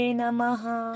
namaha